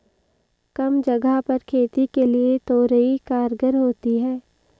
कम जगह पर खेती के लिए तोरई कारगर होती है